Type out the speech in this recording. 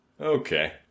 Okay